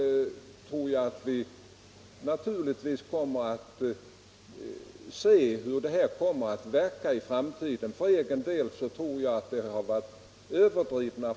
För egen del tror jag att de farhågor som framförts varit överdrivna.